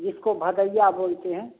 जिसको भदइया बोलते हैं